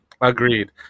agreed